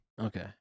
Okay